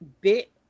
bit